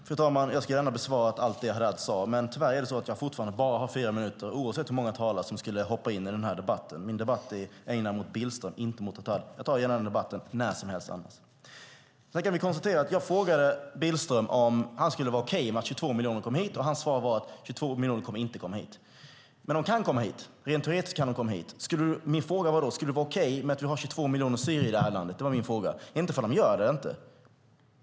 Fru talman! Jag skulle gärna ha svarat på allt det som Haddad sade men tyvärr har jag fortfarande bara fyra minuter på mig, oavsett hur många talare som skulle hoppa in i debatten. Min debatt ägnar jag åt Billström, inte åt Haddad. Den debatten tar jag gärna när som helst annars. Vi kan konstatera att jag frågade Billström om han tyckte att det var okej ifall 22 miljoner kom hit, och hans svar var att 22 miljoner inte kommer att komma hit. Men rent teoretiskt kan de komma hit. Min fråga var då om det skulle vara okej att vi hade 22 miljoner syrier i det här landet. Det var min fråga, inte ifall de kommer eller inte.